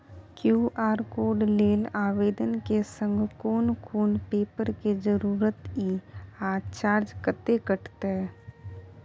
QR code लेल आवेदन के संग कोन कोन पेपर के जरूरत इ आ चार्ज कत्ते कटते?